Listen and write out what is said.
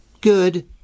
good